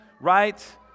right